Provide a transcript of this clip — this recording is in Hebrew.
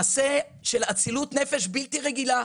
מעשה של אצילות נפש בלתי רגילה.